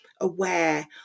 aware